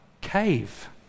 cave